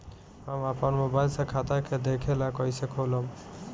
हम आपन मोबाइल से खाता के देखेला कइसे खोलम?